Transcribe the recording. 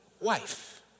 wife